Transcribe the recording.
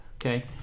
Okay